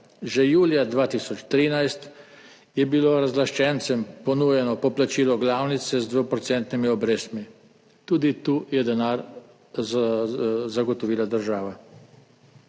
Že julija 2013 je bilo razlaščencem ponujeno poplačilo glavnice z 2-odstotnimi obrestmi. Tudi tu je denar zagotovila država.